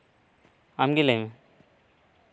ᱟᱢᱜᱮ ᱞᱟᱹᱭ ᱢᱮ